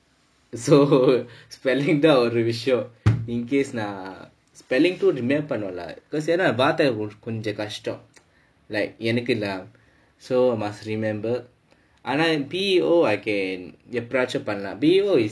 so spelling தான் ஒரு விஷயம்:thaan oru vishayam in case நான்:naan spelling too remember பண்ணனும்:pannanum lah because ஏன்னா வார்த்தை கொஞ்சம் கஷ்டம்:yaennaa vaarthai koncham kashtam like எனக்கு:enakku lah so must remember ஆனா:annaa P_E_O I can எப்படி ஆச்சும் பண்ணுலாம்:eppadi aachum pannulaam B_E_O is err